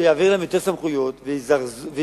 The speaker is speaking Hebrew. שיעבירו להן יותר סמכויות ויקדמו,